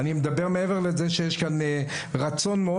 אני מדבר מעבר לזה שיש כאן רצון מאוד